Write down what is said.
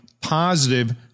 positive